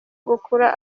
gukura